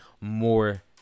more